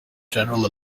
general